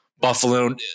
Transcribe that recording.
Buffalo